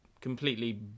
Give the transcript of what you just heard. completely